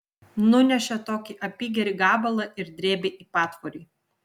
nunešė tokį apygerį gabalą ir drėbė į patvorį